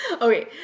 Okay